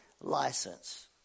License